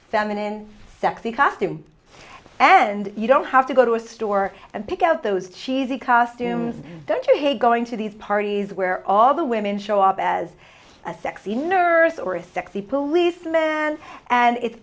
feminine sexy costume and you don't have to go to a store and pick out those cheesy costumes don't you hate going to these parties where all the women show up as a sexy nurse or a sexy policeman and it's